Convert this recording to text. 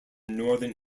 northern